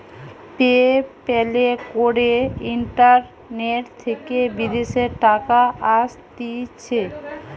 pay প্যালে করে internet থেকে বিদেশের টাকা আসতিছে